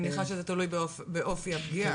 אני מניחה שזה תלוי באופי הפגיעה.